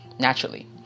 Naturally